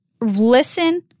listen